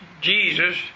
Jesus